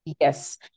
yes